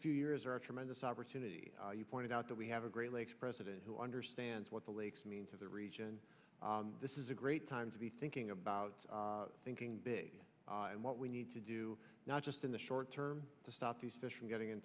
two years are a tremendous opportunity you pointed out that we have a great lakes president who understands what the lakes mean to the region this is a great time to be thinking about thinking big what we need to do not just in the short term to stop these fish from getting in